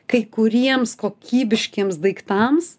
kai kuriems kokybiškiems daiktams